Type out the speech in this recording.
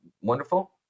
wonderful